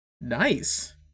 Nice